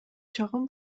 чагым